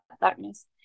darkness